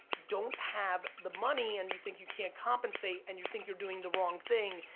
don't have the money, and you think you can't compensate. and you think you're doing the wrong thing.